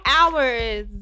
hours